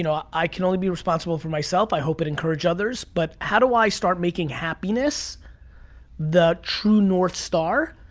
you know i i can only be responsible for myself. i hope it encouraged others. but how do i start making happiness the true north star,